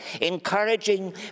encouraging